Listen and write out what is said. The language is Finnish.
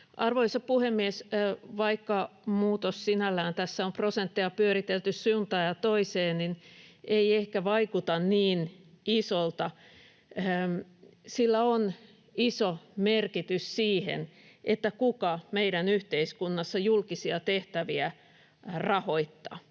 Arvoisa puhemies! Vaikka muutos sinällään — tässä on prosentteja pyöritelty suuntaan ja toiseen — ei ehkä vaikuta niin isolta, sillä on iso merkitys sille, kuka meidän yhteiskunnassa julkisia tehtäviä rahoittaa.